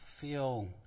feel